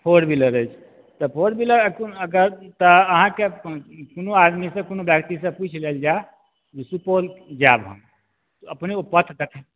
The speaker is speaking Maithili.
फोर व्हीलर अछि तऽ फोर व्हीलर अगर तऽ अहाँके कोनो आदमी से कोनो व्यक्ति से पुछि लेल जाइ जे सुपौल जायब हम तऽ अपने ओ पथ देखाए